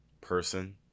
person